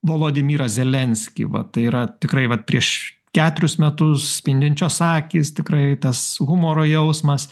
volodymyrą zelenskį va tai yra tikrai vat prieš keturis metus spindinčios akys tikrai tas humoro jausmas